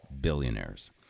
billionaires